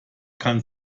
kann